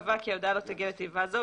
קבע כי ההודעה לא תגיע לתיבה זו.